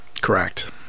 correct